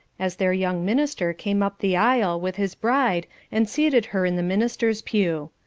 as their young minister came up the aisle with his bride and seated her in the minister's pew.